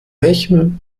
welchem